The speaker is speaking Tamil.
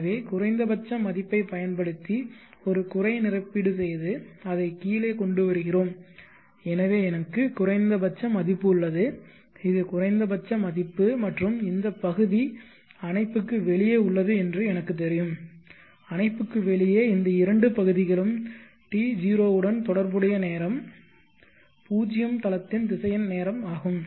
எனவே குறைந்தபட்ச மதிப்பைப் பயன்படுத்தி ஒரு குறை நிரப்பீடு செய்து அதை கீழே கொண்டு வருகிறோம் எனவே எனக்கு குறைந்தபட்ச மதிப்பு உள்ளது இது குறைந்தபட்ச மதிப்பு மற்றும் இந்த பகுதி அணைப்புக்கு வெளியே உள்ளது என்று எனக்குத் தெரியும் அணைப்புக்கு வெளியே இந்த இரண்டு பகுதிகளும் T0 உடன் தொடர்புடைய நேரம் 0 தளத்தின் திசையன் நேரம் ஆகும்